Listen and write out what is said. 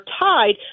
tied